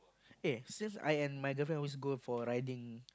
eh since I and my girlfriend always go for riding